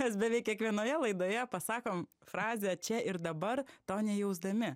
mes beveik kiekvienoje laidoje pasakom frazę čia ir dabar to nejausdami